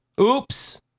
Oops